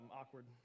awkward